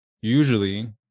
usually